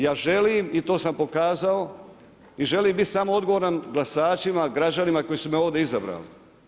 Ja želim i to sam pokazao i želim bit samo odgovoran glasačima, građanima koji su me ovdje izabrali.